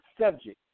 subject